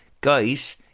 guys